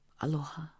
Aloha